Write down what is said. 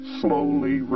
slowly